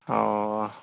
ᱚᱻ